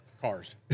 cars